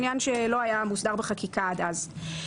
עניין שלא היה מוסדר בחקיקה עד אז.